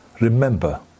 remember